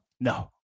No